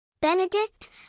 Benedict